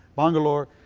bangalore,